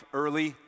early